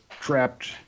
trapped